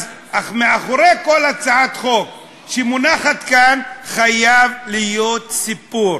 מאחורי כל הצעת חוק שמונחת כאן חייב להיות סיפור,